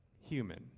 human